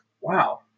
Wow